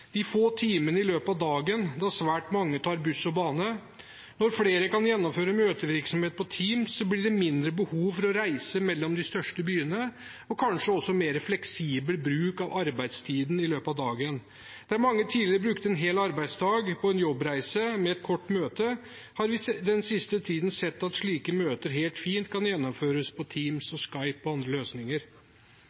de få timene i løpet av dagen da svært mange tar buss og bane. Når flere kan gjennomføre møtevirksomhet på Teams, blir det mindre behov for å reise mellom de største byene og kanskje også mer fleksibel bruk av arbeidstiden i løpet av dagen. Der mange tidligere brukte en hel arbeidsdag på en jobbreise til et kort møte, har vi den siste tiden sett at slike møter helt fint kan gjennomføres på Teams og Skype og andre løsninger.